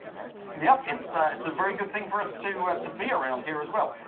right? yeah, it's ah it's a very good thing for us to to be around here as well.